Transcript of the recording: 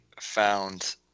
found